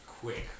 quick